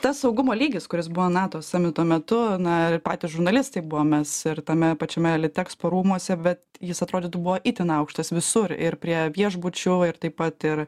tas saugumo lygis kuris buvo nato sami tuo metu na patys žurnalistai buvo mes ir tame pačiame litexpo rūmuose bet jis atrodytų buvo itin aukštas visur ir prie viešbučių ir taip pat ir